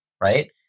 right